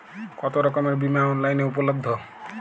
কতোরকমের বিমা অনলাইনে উপলব্ধ?